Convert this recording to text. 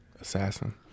assassin